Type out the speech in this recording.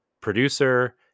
producer